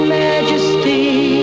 majesty